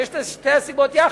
אבל יש שתי הסיבות יחד,